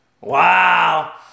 Wow